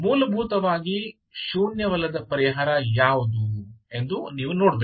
ಮೂಲಭೂತವಾಗಿ ಶೂನ್ಯವಲ್ಲದ ಪರಿಹಾರ ಯಾವುದು ಎಂದು ನೀವು ನೋಡಬೇಕು